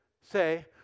say